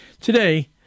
Today